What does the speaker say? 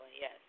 yes